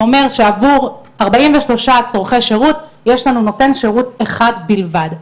זה אומר שעבור ארבעים ושלושה צורכי שירות יש לנו נותן שירות אחד בלבד.